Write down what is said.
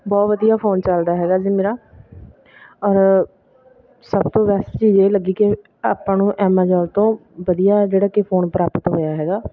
ਬਹੁਤ ਵਧੀਆ ਫੋਨ ਚੱਲਦਾ ਹੈਗਾ ਜੀ ਮੇਰਾ ਔਰ ਸਭ ਤੋਂ ਬੈਸਟ ਚੀਜ਼ ਇਹ ਲੱਗੀ ਕਿ ਆਪਾਂ ਨੂੰ ਐਮਾਜੋਂਨ ਤੋਂ ਵਧੀਆ ਜਿਹੜਾ ਕਿ ਫੋਨ ਪ੍ਰਾਪਤ ਹੋਇਆ ਹੈਗਾ